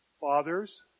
fathers